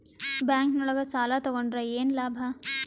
Bank ನೊಳಗ ಸಾಲ ತಗೊಂಡ್ರ ಏನು ಲಾಭ?